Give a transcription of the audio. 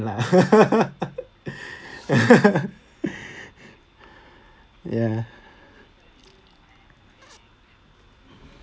lah ya